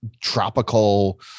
tropical